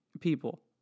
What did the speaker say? people